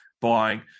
buying